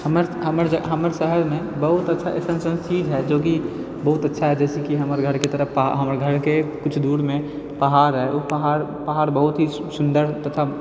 हमर हमर शहरमे बहुत अच्छा ऐसन ऐसन चीज है जे कि बहुत अच्छा जैसे कि हमर घरके तरह पहाड़ हमर घरके किछु दूरमे पहाड़ है ओ पहाड़ बहुत ही सुन्दर तथा